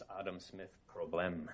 Adam-Smith-Problem